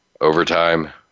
overtime